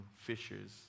fishers